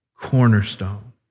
cornerstone